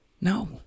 no